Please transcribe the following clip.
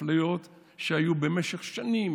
אפליות שהיו במשך שנים,